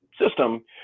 system